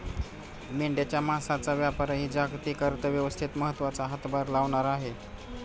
मेंढ्यांच्या मांसाचा व्यापारही जागतिक अर्थव्यवस्थेत महत्त्वाचा हातभार लावणारा आहे